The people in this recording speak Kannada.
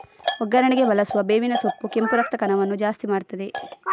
ಒಗ್ಗರಣೆಗೆ ಬಳಸುವ ಬೇವಿನ ಸೊಪ್ಪು ಕೆಂಪು ರಕ್ತ ಕಣವನ್ನ ಜಾಸ್ತಿ ಮಾಡ್ತದೆ